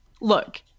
look